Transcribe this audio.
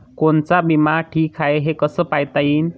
कोनचा बिमा ठीक हाय, हे कस पायता येईन?